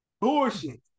Bullshit